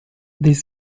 this